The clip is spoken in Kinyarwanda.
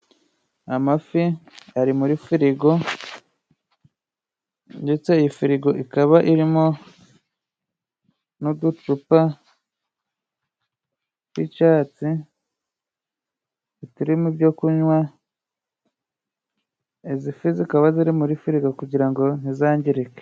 Amafi ari muri firigo ndetse iyi firigo ikaba irimo n'uducupa tw'icyatsi turimo ibyo kunywa, izi fi zikaba ziri muri firigo kugira ngo ntizangirike.